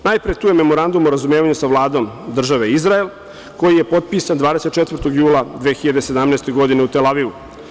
Najpre, tu je Memorandum o razumevanju sa Vladom države Izrael koji je potpisan 24. jula 2017. godine u Tel Avivu.